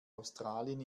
australien